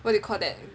what do you call that